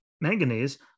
manganese